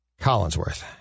Collinsworth